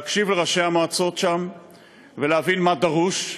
להקשיב לראשי המועצות שם ולהבין מה דרוש,